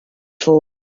phone